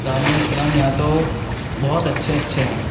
تعلیمِ اسلام یہاں تو بہت اچّھے اچّھے ہیں